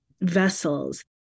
vessels